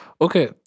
Okay